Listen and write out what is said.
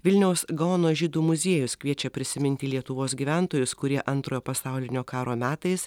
vilniaus gaono žydų muziejus kviečia prisiminti lietuvos gyventojus kurie antrojo pasaulinio karo metais